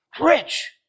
Rich